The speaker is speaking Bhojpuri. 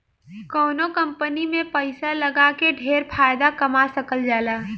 कवनो कंपनी में पैसा लगा के ढेर फायदा कमा सकल जाला